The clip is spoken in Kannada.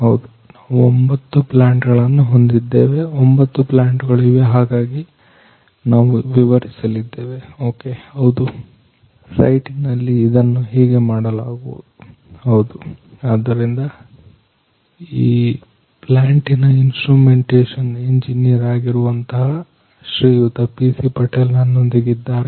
ಹೌದು ನಾವು ಒಂಬತ್ತು ಪ್ಲಾಂಟ್ ಗಳನ್ನು ಹೊಂದಿದ್ದೇವೆ 9 ಪ್ಲಾಂಟ್ ಗಳು ಇವೆ ಹಾಗಾಗಿ ನಾವು ವಿವರಿಸಲಿದ್ದೇವೆ ಹೌದು ಸೈಟಿನಲ್ಲಿ ಇದನ್ನು ಹೇಗೆ ಮಾಡಲಾಗುವುದು ಹೌದು ಆದ್ದರಿಂದ ಈ ಪ್ಲಾಂಟಿನ ಇನ್ಸ್ಟ್ರುಮೆಂಟೇಷನ್ ಇಂಜಿನಿಯರ್ ಆಗಿರುವಂತಹ ಶ್ರೀಯುತ PC ಪಟೇಲ್ ನನ್ನೊಂದಿಗಿದ್ದಾರೆ